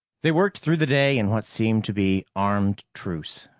they worked through the day in what seemed to be armed truce.